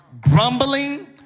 grumbling